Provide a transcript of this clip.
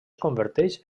converteix